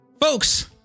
folks